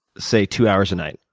say, two hours a night,